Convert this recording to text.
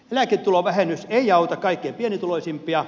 eläketulovähennys ei auta kaikkein pienituloisimpia